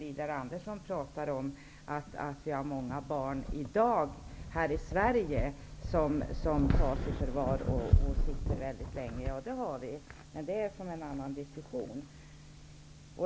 Widar Andersson pratar om att många barn här i Sverige i dag tas i förvar och sitter väldigt länge. Ja, men det är en annan diskussion.